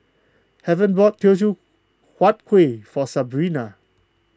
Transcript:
heaven bought Teochew Huat Kuih for Sabrina